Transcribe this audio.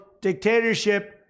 dictatorship